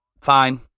fine